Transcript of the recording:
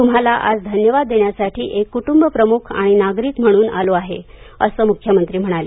त्म्हाला आज धन्यवाद देण्यासाठी एक क्ट्ंबप्रम्ख आणि नागरिक म्हणून आलो आहे असं मुख्यमंत्री म्हणाले